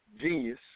genius